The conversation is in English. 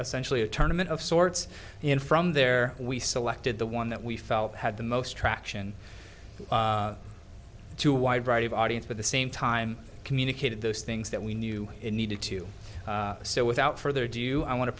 essential tournaments of sorts in from there we selected the one that we felt had the most traction to a wide variety of audience but the same time communicated those things that we knew it needed to so without further ado i want to